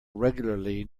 regularly